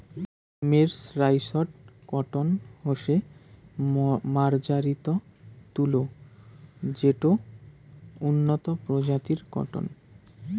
mercerised cotton হসে মার্জারিত তুলো যেটো উন্নত প্রজাতির কটন